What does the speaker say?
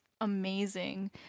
amazing